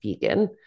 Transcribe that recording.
vegan